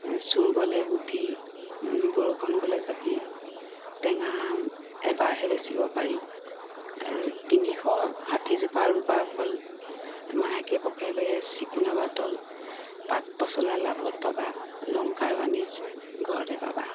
চুৰ গ'লে বুদ্ধি বৰষুণ গ'লে জাপি টেঙা আম এবাৰহে বেচিব পাৰি আৰু তিনিশ ষাঠিজোপা ৰুবা কল মাহেকে পষেকে চিকুণাবা তল পাত পচলা লাভত পাবা লংকাৰ বাণী ঘৰতে পাবা